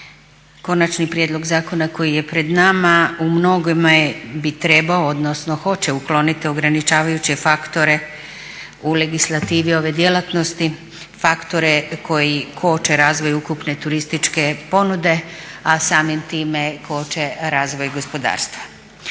Konačni prijedlog zakona koji je pred nama u mnogome bi trebao odnosno hoće ukloniti ograničavajuće faktore u legislativi ove djelatnosti, faktore koji koče razvoj ukupne turističke ponude, a samim time koče razvoj gospodarstva.